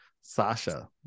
Sasha